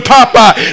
Popeye